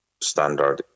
standard